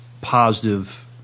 positive